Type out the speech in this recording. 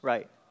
Right